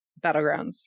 battlegrounds